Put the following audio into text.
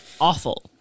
awful